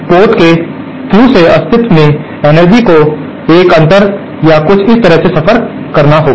port के through से अस्तित्व में एनर्जी को एक अंतर या कुछ इस तरह से सफ़र करना होगा